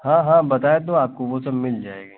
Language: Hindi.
हाँ हाँ बताया तो आपको वह सब मिल जाएगी